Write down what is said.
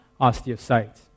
osteocytes